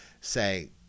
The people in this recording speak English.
say